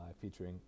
featuring